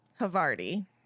Havarti